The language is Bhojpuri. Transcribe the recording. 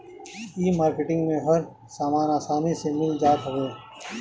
इ मार्किट में हर सामान आसानी से मिल जात हवे